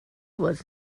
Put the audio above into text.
was